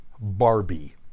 Barbie